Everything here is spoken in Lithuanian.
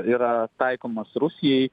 yra taikomos rusijai